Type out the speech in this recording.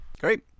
great